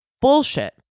bullshit